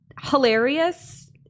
hilarious